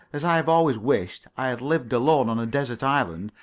as i have always wished, i had lived alone on a desert island,